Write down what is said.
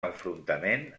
enfrontament